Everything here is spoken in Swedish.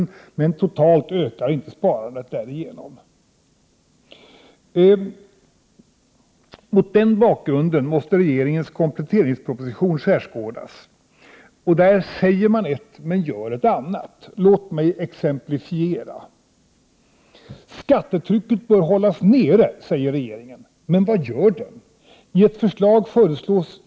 Men sparandet totalt ökar inte genom det. Mot denna bakgrund måste regeringens kompletteringsproposition skärskådas. Regeringen säger en sak, men gör något annat. Låt mig få exemplifiera. Skattetrycket bör hållas nere, säger regeringen. Men vad gör regeringen?